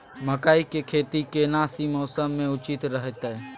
मकई के खेती केना सी मौसम मे उचित रहतय?